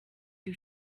you